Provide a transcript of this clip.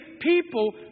People